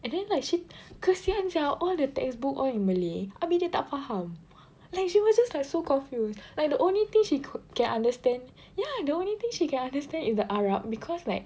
and then like she kesian sia all the textbooks all in Malay abeh dia tak faham like she was just like so confused and the only thing she could can understand ya the only thing she can understand is the Arab cause like